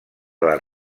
les